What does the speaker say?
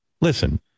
listen